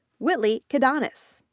whitley kedanis.